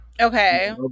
Okay